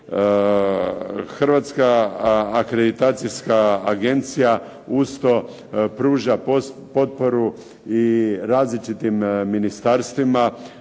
Hrvatska akreditacijska agencija uz to pruža potporu i različitim ministarstvima